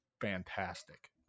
fantastic